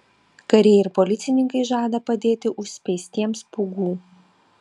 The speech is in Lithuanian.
kariai ir policininkai žada padėti užspeistiems pūgų